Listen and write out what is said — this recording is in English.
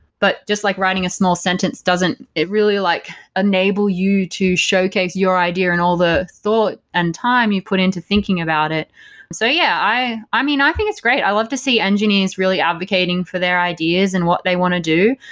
but just like writing a small sentence doesn't it really like enable you to showcase your idea and all the thought and time you put into thinking about it so yeah. i i mean, i think it's great. i love to see engineers really advocating for their ideas and what they want to do.